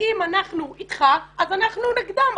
שאם אנחנו איתך אז אנחנו נגדם.